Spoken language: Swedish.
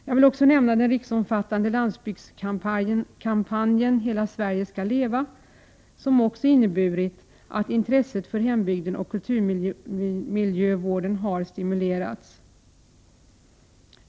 Jag vill också nämna den riksomfattande landsbygdskampanjen ”Hela Sverige ska leva”, som även har inneburit att intresset för hembygden och kulturmiljövården har stimulerats.